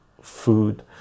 food